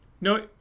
No